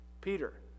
Peter